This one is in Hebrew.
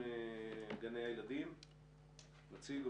כמה גני ילדים נסגרו,